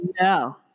No